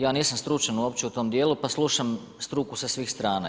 Ja nisam stručan uopće u tom dijelu, pa slušam struku sa svih strana.